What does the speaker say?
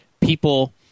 people